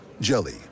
Jelly